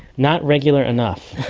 not regular enough.